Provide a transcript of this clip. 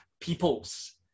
peoples